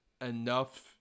enough